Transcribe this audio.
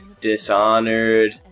Dishonored